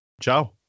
Ciao